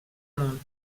món